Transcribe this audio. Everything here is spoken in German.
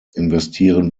investieren